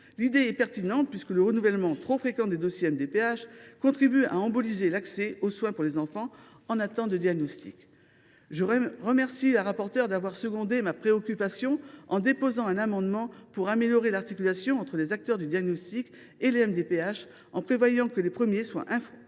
Elle est pertinente, puisque le renouvellement trop fréquent des dossiers MDPH contribue à emboliser l’accès aux soins pour les enfants en attente de diagnostic. Je remercie la rapporteure d’avoir secondé ma préoccupation en déposant un amendement tendant à améliorer l’articulation entre les acteurs du diagnostic et les MDPH, en prévoyant que les premiers seront informés